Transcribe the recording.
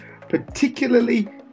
particularly